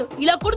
ah love. but